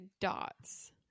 dots